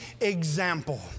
example